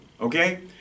okay